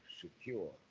secure